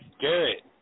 Garrett